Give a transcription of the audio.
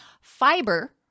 Fiber